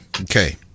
Okay